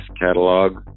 catalog